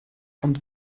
ond